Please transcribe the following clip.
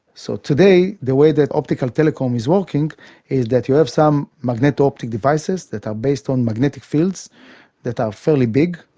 so today the way that optical telecom is working is that you have some magneto-optic devices that are based on magnetic fields that are fairly big,